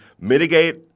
mitigate